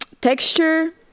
texture